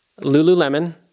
Lululemon